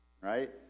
Right